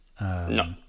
No